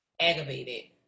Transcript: aggravated